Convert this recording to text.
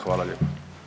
Hvala lijepa.